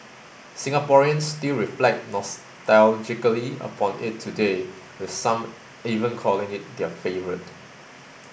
Singaporeans still reflect nostalgically upon it today with some even calling it their favourite